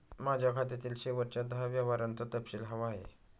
माझ्या खात्यातील शेवटच्या दहा व्यवहारांचा तपशील हवा आहे